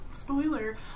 spoiler